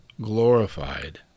glorified